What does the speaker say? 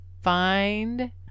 find